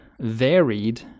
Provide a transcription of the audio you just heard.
varied